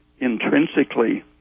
intrinsically